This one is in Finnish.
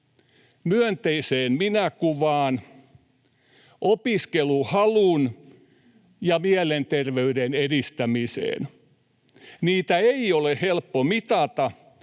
myönteiseen minäkuvaan, opiskeluhalun ja mielenterveyden edistämiseen. Niitä ei ole helppo mitata,